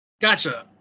Gotcha